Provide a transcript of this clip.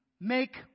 make